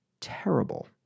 terrible